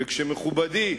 וכשמכובדי,